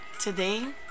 Today